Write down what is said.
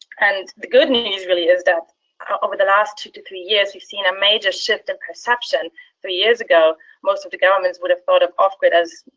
and the good news really is that over the last two to three years you've seen a major shift in perception three years ago most of the governments would have thought of off-grid as,